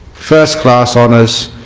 first class honours